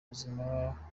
buzima